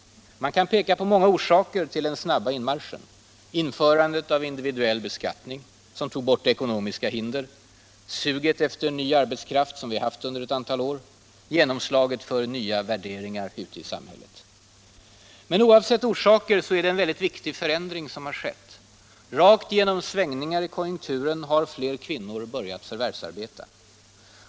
Man kan peka på många orsaker till den snabba inmarschen: införandet av individuell beskattning som tog bort ekonomiska hinder, det sug efter ny arbetskraft som vi haft under ett antal år, genomslaget för nya värderingar ute i samhället. Men oavsett orsaker är det en viktig förändring som skett. Rakt igenom svängningar i konjunkturen har fler kvinnor börjat förvärvsarbeta.